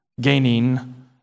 Gaining